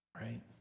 right